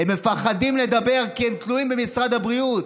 הם מפחדים לדבר, כי הם תלויים במשרד הבריאות,